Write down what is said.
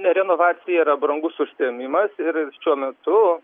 renovacija yra brangus užsiėmimas ir šiuo metu